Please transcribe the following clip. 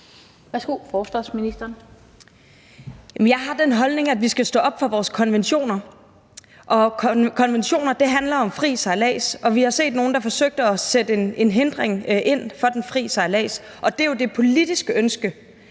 jeg har den holdning, at vi skal stå op for vores konventioner. Og konventioner handler om fri sejlads. Vi har set nogle, der forsøgte at sætte en hindring ind for den frie sejlads. Og det er jo det politiske ønske,